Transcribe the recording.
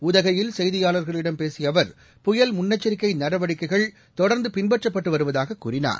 உதகையில் செய்தியாளர்களிடம் பேசிய அவர் புயல் முன்னெச்சரிக்கை நடவடிக்கைகள் தொடர்ந்து பின்பற்றப்பட்டு வருவதாகக் கூறினார்